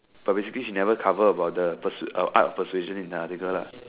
but basically she never cover about the pursue art persuasion in the article